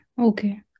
okay